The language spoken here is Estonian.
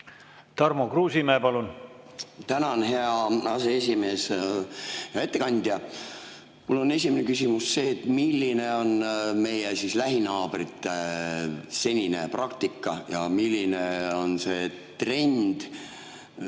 Tarmo Kruusimäe, palun! Tänan, hea aseesimees! Hea ettekandja! Mul on esimene küsimus see: milline on meie lähinaabrite senine praktika ja milline on see trend,